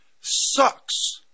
sucks